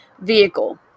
vehicle